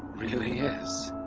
really is.